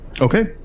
Okay